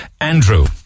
Andrew